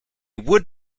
would